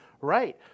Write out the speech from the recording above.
Right